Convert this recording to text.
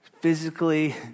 physically